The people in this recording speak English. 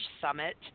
summit